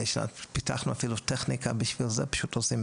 אפילו פיתחנו טכניקה בשביל זה פשוט עושים